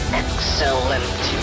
excellent